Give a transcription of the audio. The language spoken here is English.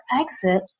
exit